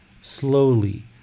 slowly